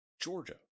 Georgia